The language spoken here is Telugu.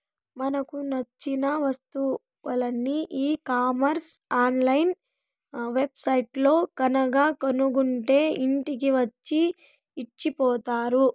మనకు నచ్చిన వస్తువులని ఈ కామర్స్ ఆన్ లైన్ వెబ్ సైట్లల్లో గనక కొనుక్కుంటే ఇంటికి వచ్చి ఇచ్చిపోతారు